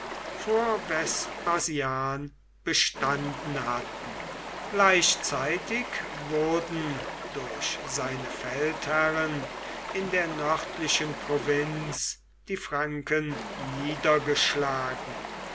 vor vespasian bestanden hatten gleichzeitig wurden durch seine feldherren in der nördlichen provinz die franken niedergeschlagen